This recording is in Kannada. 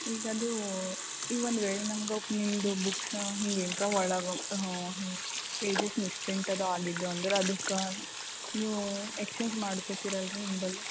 ಈಗ ಅದು ಈಗ ಒಂದು ವೇಳೆ ನಮ್ಗೆ ನಿಮ್ಮದು ಬುಕ್ಸ್ನ ಹಿಂಗೆ ಏನಾರ ಒಳಗೆ ಹ್ಞೂ ಹಿಂಗೆ ಪೇಜಸ್ ಮಿಸ್ಪ್ರಿಂಟ್ ಅದು ಆಗಿದ್ದವು ಅಂದ್ರೆ ಅದಕ್ಕೆ ನೀವು ಎಕ್ಸ್ಚೇಂಜ್ ಮಾಡ್ಕೋತೀರಲ್ಲ ರೀ ನಿಮ್ಮಲ್ಲಿ